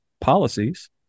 policies